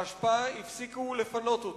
האשפה, הפסיקו לפנות אותה,